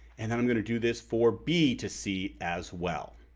and then i'm gonna do this for b to c as well.